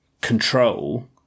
control